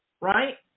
right